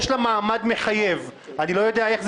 בצורה הגונה,